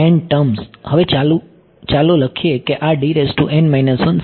N terms હવે ચાલો લખીએ કે આ સિમ્પલ છે